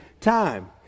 time